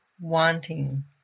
Wanting